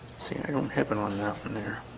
see i mean um happen on nothing there